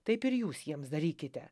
taip ir jūs jiems darykite